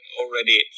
already